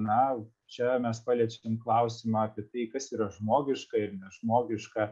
na čia mes paliečiam klausimą apie tai kas yra žmogiška ir nežmogiška